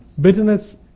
Bitterness